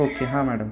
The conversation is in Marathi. ओके हां मॅडम